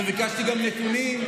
וביקשתי גם נתונים,